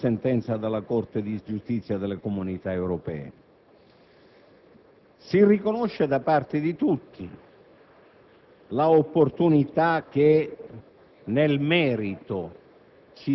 dare una risposta concreta alla sentenza della Corte di giustizia delle Comunità europee. Si riconosce da parte di tutti